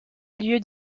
lieu